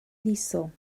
ddiesel